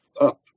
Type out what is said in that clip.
up